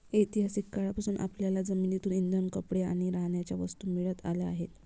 ऐतिहासिक काळापासून आपल्याला जमिनीतून इंधन, कपडे आणि राहण्याच्या वस्तू मिळत आल्या आहेत